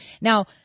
Now